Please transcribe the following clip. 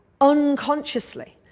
unconsciously